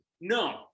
No